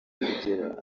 kugera